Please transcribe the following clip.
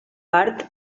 part